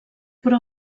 però